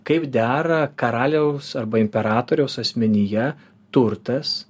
kaip dera karaliaus arba imperatoriaus asmenyje turtas